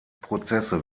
prozesse